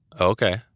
Okay